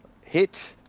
Hit